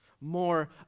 more